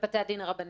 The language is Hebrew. בבתי הדין הרבניים.